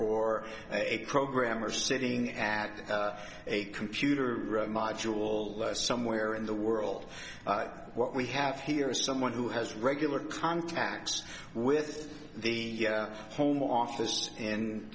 or a programmer sitting at a computer module somewhere in the world what we have here is someone who has regular contacts with the home office and